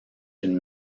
une